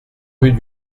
rue